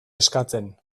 eskatzen